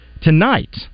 Tonight